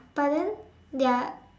but then their